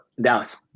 Dallas